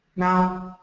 now,